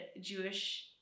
Jewish